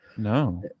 No